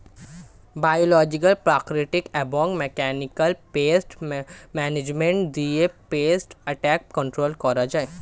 biological, প্রাকৃতিক এবং mechanical pest management দিয়ে পেস্ট অ্যাটাক কন্ট্রোল করা হয়